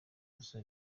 ubusa